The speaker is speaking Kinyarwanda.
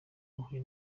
bahuye